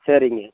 சரிங்க